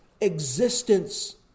existence